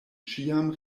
ĉiam